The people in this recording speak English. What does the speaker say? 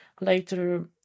later